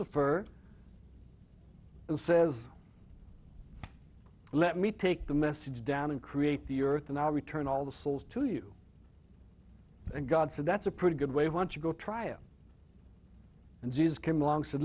lucifer and says let me take the message down and create the earth and i'll return all the souls to you and god so that's a pretty good way want to go to trial and jesus came along so